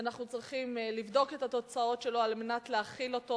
ואנחנו צריכים לבדוק את התוצאות שלו על מנת להכין אותו